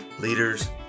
leaders